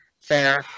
fair